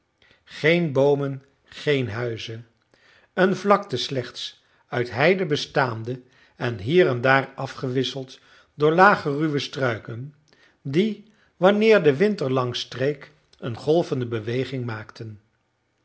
geen boomen geen huizen een vlakte slechts uit hei bestaande en hier en daar afgewisseld door lage ruwe struiken die wanneer de wind er langs streek een golvende beweging maakten